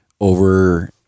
over